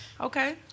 Okay